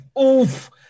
Oof